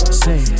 say